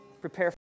prepare